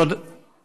אז אתה יכול היום?